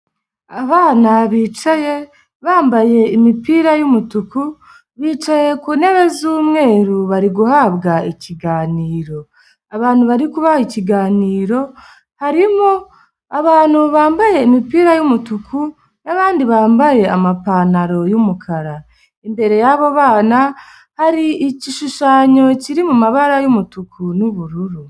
Abana bicaye bambaye imipira y'umutuku bicaye ku ntebe z'umweru bari guhabwa ikiganiro, abantu bari kubaha ikiganiro harimo abantu bambaye imipira y'umutuku na'bandi bambaye amapantaro y'umukara, imbere yabo bana hari igishushanyo kiri mu mabara umutuku n'ubururu.